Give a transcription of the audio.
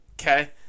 Okay